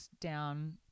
down